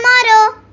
tomorrow